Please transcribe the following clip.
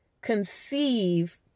conceive